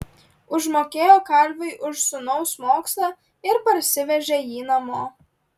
užmokėjo kalviui už sūnaus mokslą ir parsivežė jį namo